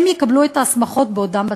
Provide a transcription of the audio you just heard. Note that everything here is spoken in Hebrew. הם יקבלו את ההסמכות בעודם בצבא.